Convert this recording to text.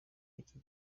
iki